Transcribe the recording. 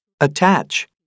Attach